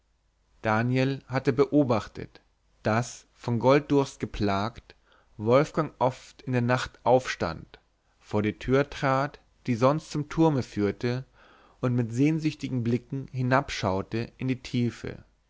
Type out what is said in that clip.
daniel hatte beobachtet daß von golddurst geplagt wolfgang oft in der nacht aufstand vor die tür trat die sonst zum turme führte und mit sehnsüchtigen blicken hinabschaute in die tiefe